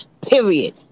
period